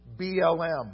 BLM